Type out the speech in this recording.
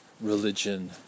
religion